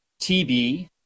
TB